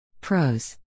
Pros